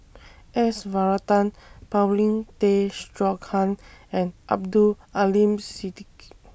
S Varathan Paulin Tay Straughan and Abdul Aleem Siddique